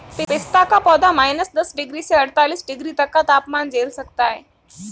पिस्ता का पौधा माइनस दस डिग्री से अड़तालीस डिग्री तक का तापमान झेल सकता है